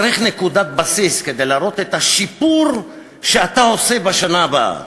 צריך נקודת בסיס כדי להראות את השיפור שאתה עושה בשנה הבאה.